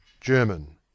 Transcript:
german